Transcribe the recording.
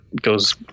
goes